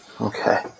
Okay